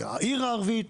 העיר הערבית,